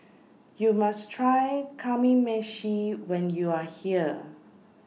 YOU must Try Kamameshi when YOU Are here